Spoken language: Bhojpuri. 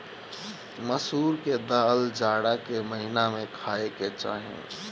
मसूर के दाल जाड़ा के महिना में खाए के चाही